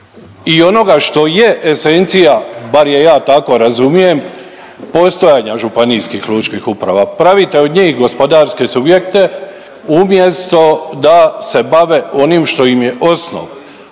i onoga što je esencija, bar je ja tako razumijem postojanja županijskih lučkih uprava. Pravite od njih gospodarske subjekte umjesto da se bave onim što im je osnov,